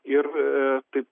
ir tai